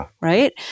right